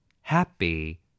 Happy